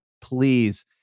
please